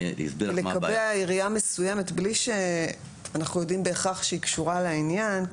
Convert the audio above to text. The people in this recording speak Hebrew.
לקבע עירייה מסוימת בלי שאנחנו יודעים בהכרח שהיא קשורה לעניין,